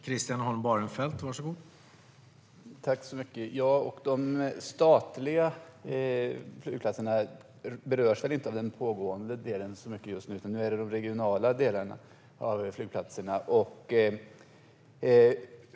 Herr talman! De statliga flygplatserna berörs inte så mycket av det som pågår, utan det är de regionala flygplatserna som berörs.